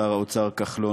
שר האוצר כחלון,